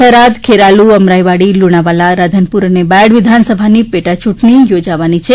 થરાદ ખેરાલુ અમરાઈવાડી લુણાવાડા રાધનપુર અને બાયડ વિધાનસભાની પેટાયૂંટણી યોજાનારી છે